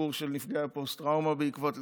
הסיפור של נפגעי פוסט-טראומה בעקבות לחימה,